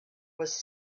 was